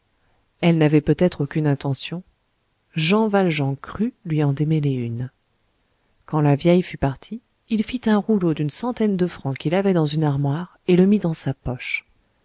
elle n'avait peut-être aucune intention jean valjean crut lui en démêler une quant la vieille fut partie il fit un rouleau d'une centaine de francs qu'il avait dans une armoire et le mit dans sa poche